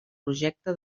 projecte